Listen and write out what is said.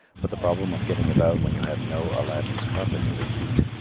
but the problem of getting about when you have no aladdin's carpet is acute.